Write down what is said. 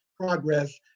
progress